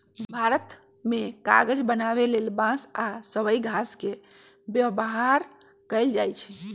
भारत मे कागज बनाबे लेल बांस आ सबइ घास के व्यवहार कएल जाइछइ